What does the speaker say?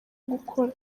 gukora